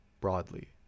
broadly